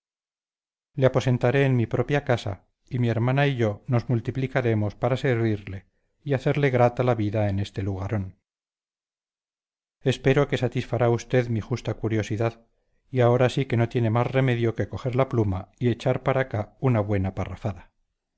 le aposentaré en mi propia casa y mi hermana y yo nos multiplicaremos para servirle y hacerle grata la vida en este lugarón espero que satisfará usted mi justa curiosidad y ahora sí que no tiene más remedio que coger la pluma y echar para acá una buena parrafada